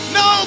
no